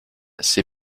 ses